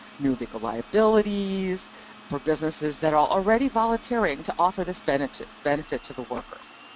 new legal liabilities for businesses that are already volunteering to offer this benefit to benefit to the workers.